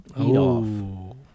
eat-off